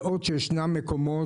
בעוד שישנם מקומות